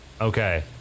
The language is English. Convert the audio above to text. Okay